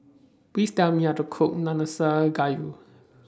Please Tell Me How to Cook Nanakusa Gayu